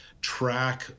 Track